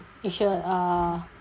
should uh